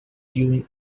during